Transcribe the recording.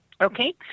Okay